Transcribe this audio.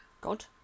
God